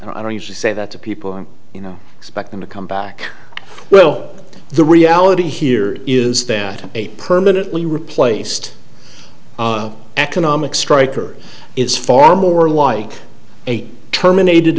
i don't usually say that to people you know expect them to come back well the reality here is that a permanently replaced economic striker is far more like a terminated